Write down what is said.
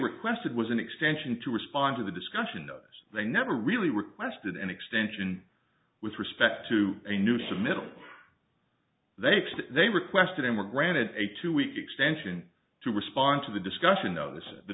requested was an extension to respond to the discussion notice they never really requested an extension with respect to a new to middle they they requested and were granted a two week extension to respond to the discussion though th